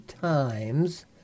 times